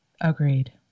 Agreed